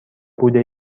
بوده